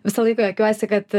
visą laiką juokiuosi kad